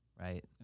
right